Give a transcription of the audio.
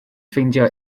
ffeindio